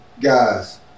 guys